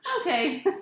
okay